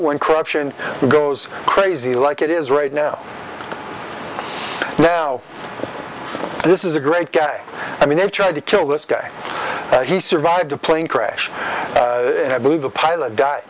when corruption goes crazy like it is right now now this is a great guy i mean they tried to kill this guy he survived a plane crash i believe the pilot die